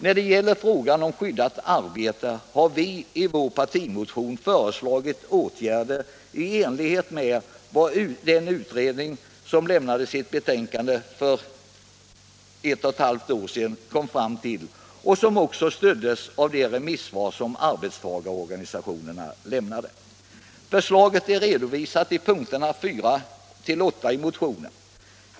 När det gäller frågan om skyddat arbete har vi i vår partimotion föreslagit åtgärder i enlighet med vad den utredning, som lämnade sitt betänkande för ett halvår sedan, kom fram till och som också stöddes av de remissvar som arbetstagarorganisationerna lämnade. Förslagen är redovisade i punkterna 4-8 i motionen.